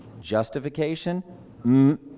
justification